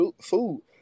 food